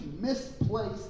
misplaced